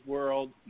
World